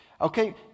Okay